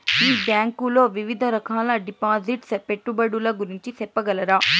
మీ bank లో వివిధ రకాల డిపాసిట్స్, పెట్టుబడుల గురించి సెప్పగలరా?